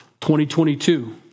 2022